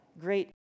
great